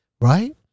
right